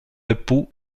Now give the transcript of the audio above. époux